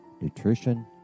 nutrition